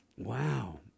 Wow